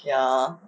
ya